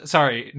Sorry